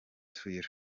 twitter